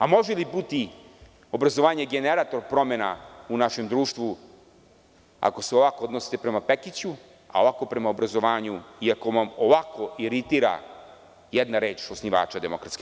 Može li biti obrazovanje generator promena u našem društvu ako se ovako odnosite prema Pekiću, a ovako prema obrazovanju i ako vam ovako iritira jedna reč osnivača DS.